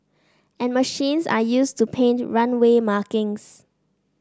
and machines are use to paint runway markings